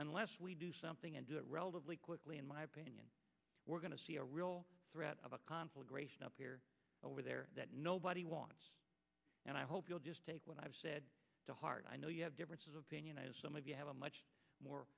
unless we do something and do it relatively quickly in my opinion we're going to see a real threat of a conflagration up here over there that nobody wants and i hope you'll just take what i've said to heart i know you have differences of opinion i know some of you have a much more